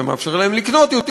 אתה מאפשר להם לקנות יותר,